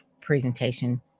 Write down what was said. presentation